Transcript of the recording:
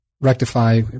rectify